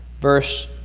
verse